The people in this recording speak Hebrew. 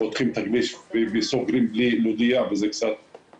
פותחים את הכביש וסוגרים בלי להודיע וזה מונע